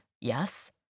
yes